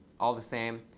all the same,